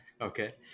Okay